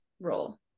role